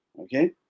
okay